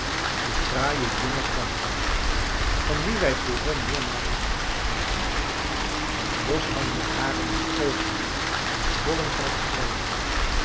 de fraaie jonge quadrone van wie wij vroeger meermalen gesproken hebben met loshangende haren en oogen gezwollen van het schreien